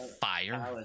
fire